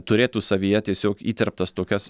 turėtų savyje tiesiog įterptas tokias